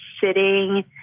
sitting